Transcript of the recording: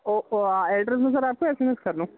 address بھیجوں sir آپ کو ایس ایم ایس کر دوں